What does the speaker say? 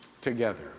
together